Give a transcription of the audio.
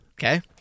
Okay